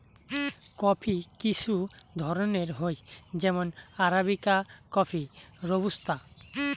coffee কিসু ধরণের হই যেমন আরাবিকা কফি, রোবুস্তা